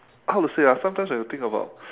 how to say ah sometimes when you think about